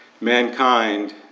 mankind